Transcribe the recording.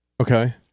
Okay